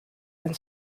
and